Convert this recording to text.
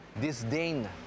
Disdain